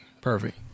Perfect